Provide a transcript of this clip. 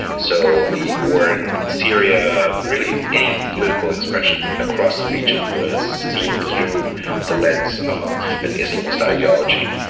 so the war in syria, really any political expression across the region was seen through the lens of an islamist ideology.